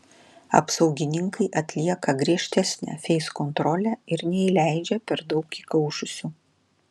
apsaugininkai atlieka griežtesnę feiskontrolę ir neįleidžia per daug įkaušusių